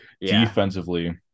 Defensively